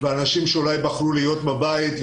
אנשים שאולי בחרו להיות בבית,